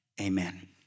amen